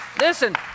Listen